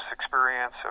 experience